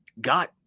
got